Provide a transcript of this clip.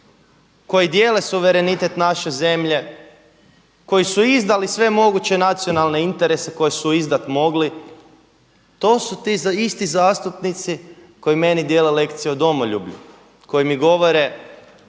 koji dijele suverenitet naše zemlje, koji su izdali sve moguće nacionalne interese koje su izdat mogli, to su ti isti zastupnici koji meni dijele lekciju o domoljublju, koji mi govore